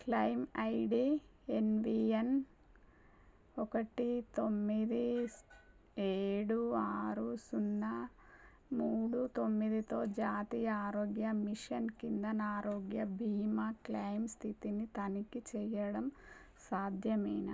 claim ID NVN ఒకటి తొమ్మిది ఏడు ఆరు సున్నా మూడు తొమ్మిదితో జాతీయ ఆరోగ్య మిషన్ కింద నా ఆరోగ్య బీమా క్లెయిమ్ స్థితిని తనిఖీ చేయడం సాధ్యమేనా